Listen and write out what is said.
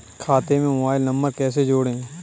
खाते से mobile number कैसे जोड़ें?